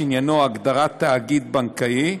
שעניינו הגדרת תאגיד בנקאי,